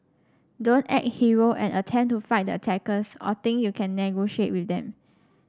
don't act hero and attempt to fight the attackers or think you can negotiate with them